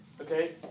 Okay